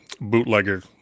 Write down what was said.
bootleggers